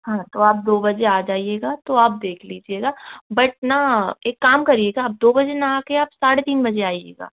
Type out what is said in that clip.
हाँ तो आप दो बजे आ जाइएगा तो आप देख लीजिएगा बट ना एक काम करिएगा आप दो बजे ना आ कर साढ़े तीन बजे आइएगा